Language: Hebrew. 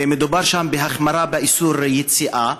ומדובר שם בהחמרה באיסור היציאה,